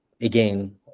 again